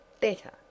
Better